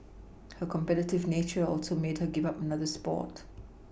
her competitive nature also made her give up another sport